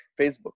Facebook